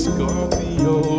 Scorpio